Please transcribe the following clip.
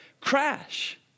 crash